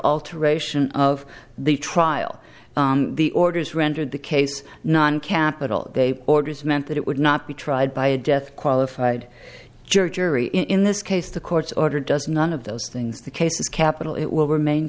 alteration of the trial the orders rendered the case non capital orders meant that it would not be tried by a death qualified jury jury in this case the court's order does none of those things the case is capital it will remain